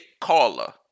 caller